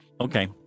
Okay